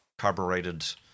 carbureted